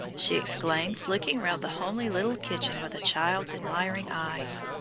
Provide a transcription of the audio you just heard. she exclaimed, looking round the homely little kitchen with a child's admiring eyes,